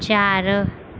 ચાર